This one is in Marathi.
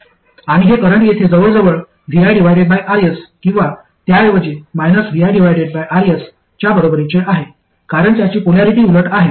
आणि हे करंट येथे जवळजवळ viRs किंवा त्याऐवजी viRs च्या बरोबरीचे आहे कारण त्याची पोलॅरिटी उलट आहे